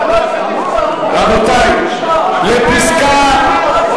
רבותי, להסתייגות מס'